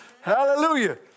Hallelujah